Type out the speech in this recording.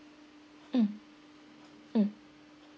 mm mm